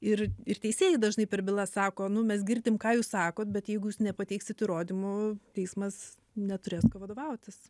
ir ir teisėjai dažnai per bylas sako nu mes girdim ką jūs sakot bet jeigu jūs nepateiksit įrodymų teismas neturės kuo vadovautis